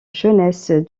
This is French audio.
jeunesse